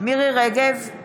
מירי מרים רגב,